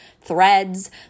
threads